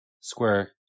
square